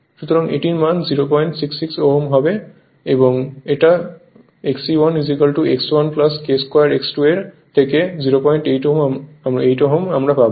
সুতরাং এটির মান 066 Ω হবে এবং এখানে এটা Xe1 X 1 k2 X2 এর থেকে 08 Ω আমরা পাবো